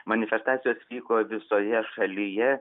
manifestacijos vyko visoje šalyje